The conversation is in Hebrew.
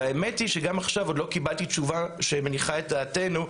האמת היא שגם עכשיו עוד לא קיבלתי תשובה שמניחה את דעתנו,